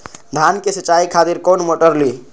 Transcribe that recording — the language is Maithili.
धान के सीचाई खातिर कोन मोटर ली?